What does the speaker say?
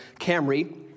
Camry